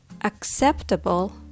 acceptable